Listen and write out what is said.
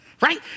right